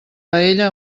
paella